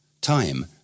time